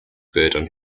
burdon